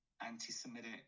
anti-semitic